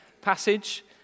passage